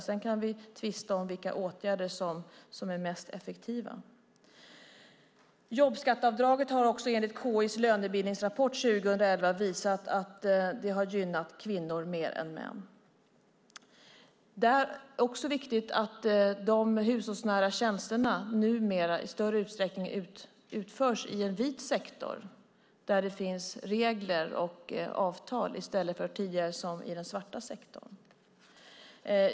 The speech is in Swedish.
Sedan kan vi tvista om vilka åtgärder som är mest effektiva. Jobbskatteavdraget har, enligt KI:s lönebildningsrapport 2011, gynnat kvinnor mer än män. Det är också viktigt att de hushållsnära tjänsterna numera i större utsträckning utförs i en vit sektor där det finns regler och avtal i stället för, som tidigare, i den svarta sektorn.